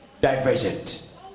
Divergent